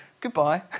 goodbye